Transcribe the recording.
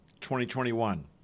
2021